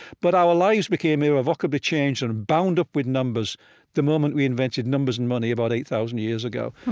but our lives became irrevocably changed and bound up with numbers the moment we invented numbers and money, about eight thousand years ago